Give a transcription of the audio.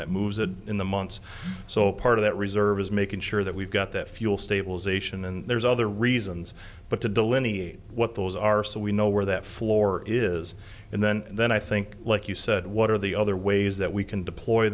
that moves in the months so part of that reserve is making sure that we've got that fuel stabilization and there's other reasons but to delineate what those are so we know where that floor is and then then i think like you said what are the other ways that we can deploy